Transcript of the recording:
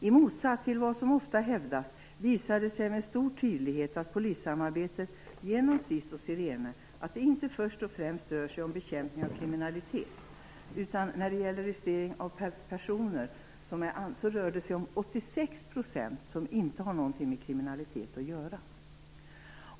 I motsats till vad som ofta hävdas visar det sig med stor tydlighet att polissamarbetet genom SIS och Sirene inte först och främst rör sig om bekämpning av kriminalitet. Om man tar registrering av personer rör det sig om 86 %, som alltså inte har någonting med kriminalitet att göra.